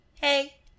Hey